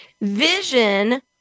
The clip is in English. Vision